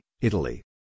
Italy